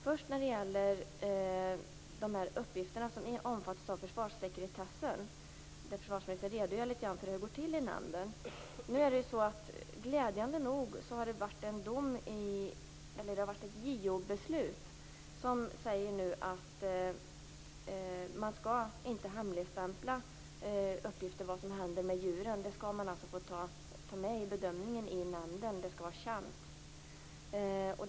Först gäller det de uppgifter som omfattas av försvarssekretessen. Försvarsministern redogör litet grand för hur det går till i nämnden. Glädjande nog finns det nu ett JO-beslut som säger att uppgifter om vad som händer med djuren inte skall hemligstämplas, utan sådant skall man alltså få ta med i bedömningen i nämnden; det skall vara känt.